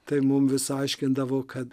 tai mum vis aiškindavo kad